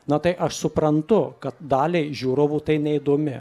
na tai aš suprantu kad daliai žiūrovų tai neįdomi